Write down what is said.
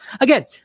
Again